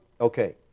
okay